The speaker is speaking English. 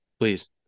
Please